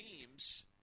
teams